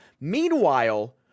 meanwhile